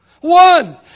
One